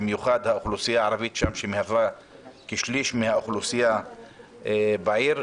במיוחד האוכלוסייה הערבית שם שמהווה כשליש מהאוכלוסייה בעיר,